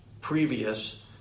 previous